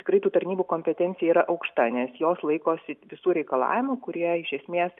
tikrai tų tarnybų kompetencija yra aukšta nes jos laikosi visų reikalavimų kurie iš esmės